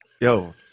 yo